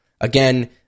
Again